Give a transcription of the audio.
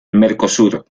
mercosur